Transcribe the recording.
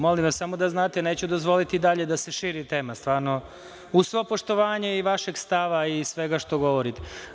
Molim vas, samo da znate, neću dozvoliti dalje da se širi tema, uz svo poštovanje vašeg stava i svega što govorite.